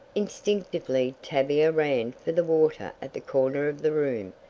instinctively tavia ran for the water at the corner of the room.